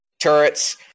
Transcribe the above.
turrets